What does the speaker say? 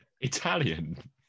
Italian